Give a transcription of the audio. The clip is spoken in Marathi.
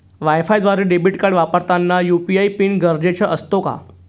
वायफायद्वारे डेबिट कार्ड वापरताना यू.पी.आय पिन गरजेचा असतो का?